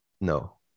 No